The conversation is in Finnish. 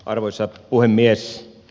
arvoisa puhemies